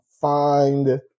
find